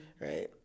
right